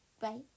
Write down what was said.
Bye